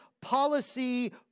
policy